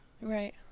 Right